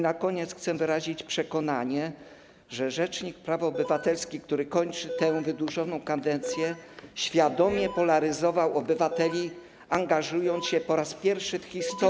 Na koniec chcę wyrazić przekonanie, że rzecznik praw obywatelskich, który kończy tę wydłużoną kadencję, świadomie polaryzował obywateli, angażując się po raz pierwszy w historii.